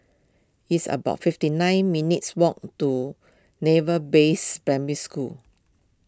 it's about fifty nine minutes' walk to Naval Base Primary School